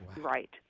right